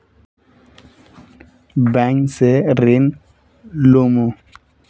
Bank से ऋण लुमू?